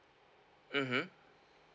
mm